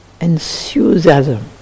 enthusiasm